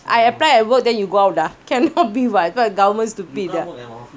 I apply and work then you go out ah cannot be what government